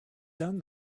done